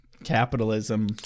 Capitalism